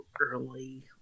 early